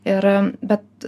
ir bet